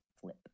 flip